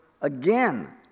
again